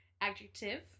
Adjective